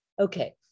Okay